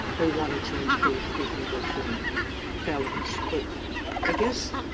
they wanted to include preconviction felonies. but i guess